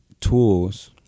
tools